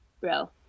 bro